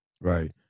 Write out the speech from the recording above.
Right